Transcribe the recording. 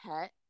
pet